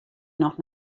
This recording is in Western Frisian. noch